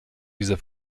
dieser